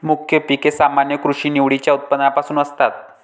मुख्य पिके सामान्यतः कृत्रिम निवडीच्या उत्पत्तीपासून असतात